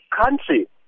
country